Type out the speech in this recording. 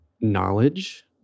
knowledge